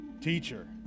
Teacher